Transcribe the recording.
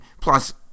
Plus